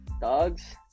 dogs